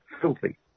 filthy